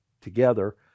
together